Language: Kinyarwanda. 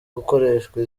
gukoreshwa